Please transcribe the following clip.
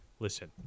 Listen